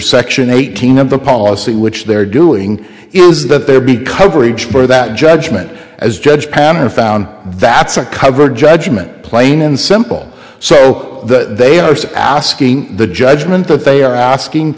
section eighteen of the policy which they're doing is that there be coverage for that judgment as judge panel found that's a cover judgment plain and simple so that they are asking the judgment that they are asking